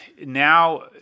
now